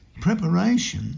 preparation